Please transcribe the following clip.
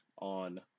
on